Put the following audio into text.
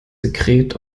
sekret